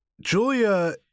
Julia